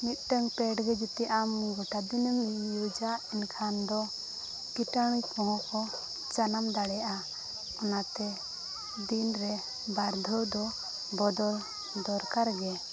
ᱢᱤᱫᱴᱟᱝ ᱯᱮᱰ ᱜᱮ ᱡᱩᱫᱤ ᱟᱢ ᱜᱚᱴᱟ ᱫᱤᱱᱮᱢ ᱤᱭᱩᱡᱟ ᱮᱱᱠᱷᱟᱱ ᱫᱚ ᱠᱤᱴᱟᱬᱤ ᱠᱚᱦᱚᱸ ᱠᱚ ᱡᱟᱱᱟᱢ ᱫᱟᱲᱮᱭᱟᱜᱼᱟ ᱚᱱᱟᱛᱮ ᱫᱤᱱ ᱨᱮ ᱵᱟᱨᱫᱷᱟᱹᱣ ᱫᱚ ᱵᱚᱫᱚᱞ ᱫᱚᱨᱠᱟᱨ ᱜᱮ